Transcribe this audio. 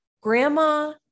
Grandma